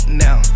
now